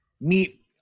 meet